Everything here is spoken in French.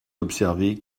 observer